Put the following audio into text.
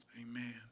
amen